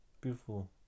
Beautiful